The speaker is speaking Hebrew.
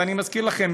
ואני מזכיר לכם,